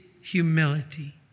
humility